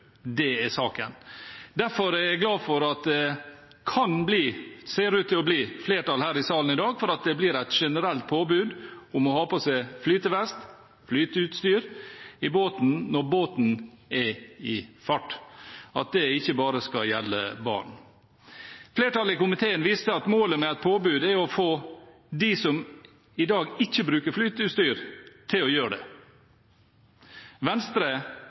Det er saken. Derfor er jeg glad for at det ser ut til å bli flertall her i salen i dag for et generelt påbud om å ha på seg flytevest/flyteutstyr i båten når båten er i fart – at det ikke bare skal gjelde barn. Flertallet i komiteen viser til at målet med et påbud er å få dem som i dag ikke bruker flyteutstyr, til å gjøre det. Venstre